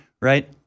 right